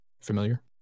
Familiar